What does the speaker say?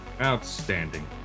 outstanding